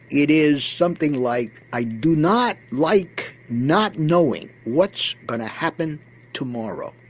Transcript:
it is something like i do not like not knowing what's going to happen tomorrow.